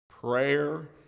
Prayer